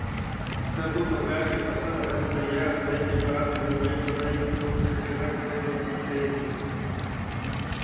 सब्बो परकर के फसल हर तइयार होए के बाद मे लवई टोराई अउ सकेला करे बर परथे